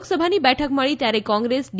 લોકસભાની બેઠક મળી ત્યારે કોંગ્રેસ ડી